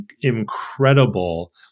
incredible